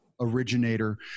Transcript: originator